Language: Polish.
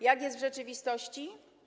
Jak jest w rzeczywistości?